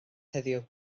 heddiw